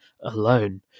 alone